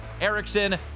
Erickson